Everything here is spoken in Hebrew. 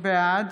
בעד